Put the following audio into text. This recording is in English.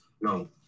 no